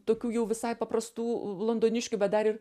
tokių jau visai paprastų londoniškių bet dar ir